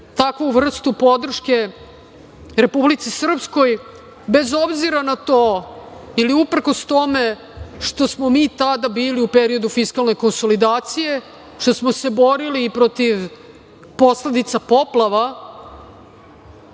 takvu vrstu podrške Republici Srpskoj, bez obzira na to ili uprkos tome što smo mi tada bili u periodu fiskalne konsolidacije, što smo se borili protiv posledica poplava,